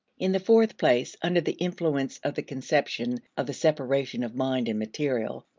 in the fourth place, under the influence of the conception of the separation of mind and material,